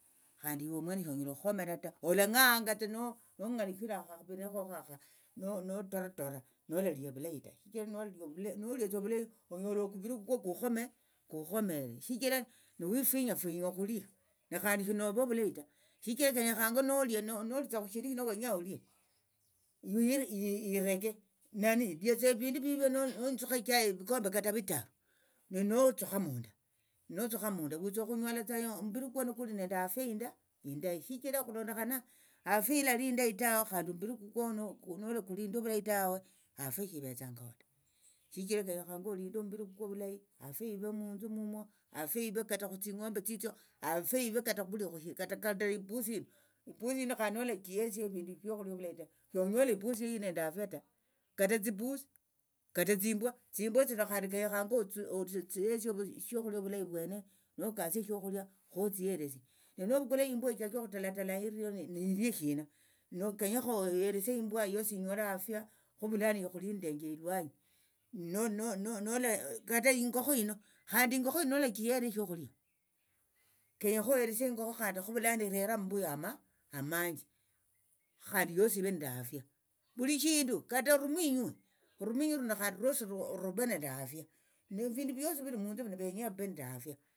Khandi iwomwene shonyala okhukhomera ta olang'ahangatsa nong'alishira akhaviri khokho akha notoratora nolalia ovulayi ta shichira nolalia ovule noliatsa ovulayi onyola okuviri kukwo kukhomere shichira niwifinya finya okhulia nikhandi shinove ovulayi ta shichira kenyekhanga nolia nolitsa khushindu shino wenya olie iwe ireke nani liatsa evindu vivyo notsukha ichai vikombe kata vitaru nenitsukha munda notsukha munda withokhunyola omumbiri kukwo nikulinende afia indayi shichira okhulondakhana afia ilali indayi tawe khandi omumbiri kukwo kwenoko nolakulinde ovulayi tawe afia shivetsangaho ta shichira kenyekhanga olinde omumbiri kukwo vulayi afia ive munthu mumwo afia ive kata khutsing'ombe tsitsio afia ive kata khuvulikhushindu kata epusi hino epusi hino khandi nolachihesia evindu viokhulia ovulayi ta shonyola epusi ili nende afia ta kata tsipusi kata tsimbwa tsimbwa tsino khandi kenyekhanga otsihesie shokhulia ovulayi vwene nokasia shokhulia khotsiheresie nenovukula imbwa ichache okhutalatala irio neilie shina nokenyekha ohesie imbwa yosi inyole afia khovulano ikhulindenje elwanyi kata ingokho hino khandi hino nolachihere shokhulia kenyekha oheresie ingokho khandi khovulano irere ammbuyu amanji khandi yosi ive nende afia vuli shindu kata oruminywi oruminywi runo khandi ruosi ruve nende afia nefinndu vyosi vili munthu vino vyenya vive nende afia.